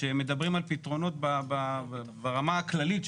שהם מדברים על פתרונות ברמה הכללית,